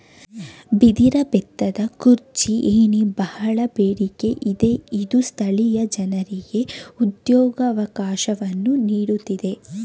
ಬಿದಿರ ಬೆತ್ತದ ಕುರ್ಚಿ, ಏಣಿ, ಬಹಳ ಬೇಡಿಕೆ ಇದೆ ಇದು ಸ್ಥಳೀಯ ಜನರಿಗೆ ಉದ್ಯೋಗವಕಾಶವನ್ನು ನೀಡುತ್ತಿದೆ